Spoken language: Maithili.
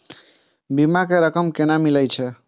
बीमा के रकम केना मिले छै?